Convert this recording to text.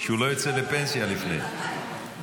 שהוא לא יצא לפנסיה לפני כן.